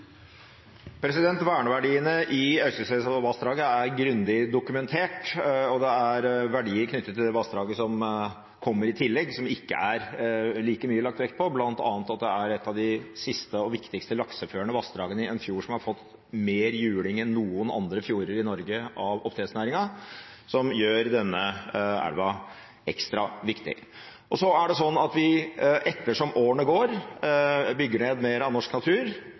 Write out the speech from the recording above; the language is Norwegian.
grundig dokumentert, og det er verdier knyttet til det vassdraget som kommer i tillegg, som ikke er like mye lagt vekt på, bl.a. at det er et av de siste og viktigste lakseførende vassdragene i en fjord som har fått mer juling enn noen andre fjorder i Norge av oppdrettsnæringen, noe som gjør denne elva ekstra viktig. Så er det slik at vi, ettersom årene går, bygger ned mer av norsk natur,